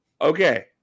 Okay